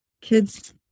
kids